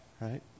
right